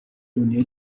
دنیا